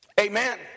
Amen